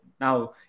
now